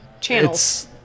Channels